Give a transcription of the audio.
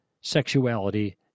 sexuality